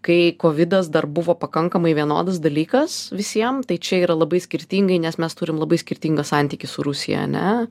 kai kovidas dar buvo pakankamai vienodas dalykas visiem tai čia yra labai skirtingai nes mes turim labai skirtingą santykį su rusija ane